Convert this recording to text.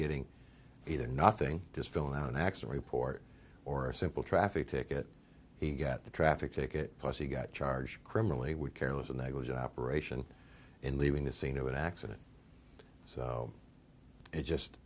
getting either nothing just filling out an accident report or a simple traffic ticket he got the traffic ticket plus he got charged criminally with careless and that was an operation in leaving the scene of an accident so it's just